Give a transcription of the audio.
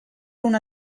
una